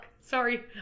Sorry